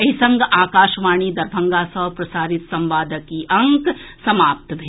एहि संग आकाशवाणी दरभंगा सँ प्रसारित संवादक ई अंक समाप्त भेल